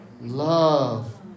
Love